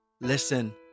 Listen